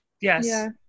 yes